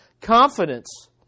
Confidence